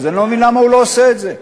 אז אני לא מבין למה הוא לא עושה את זה.